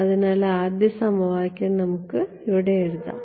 അതിനാൽ ആദ്യ സമവാക്യം നമുക്ക് ഇവിടെ എഴുതാം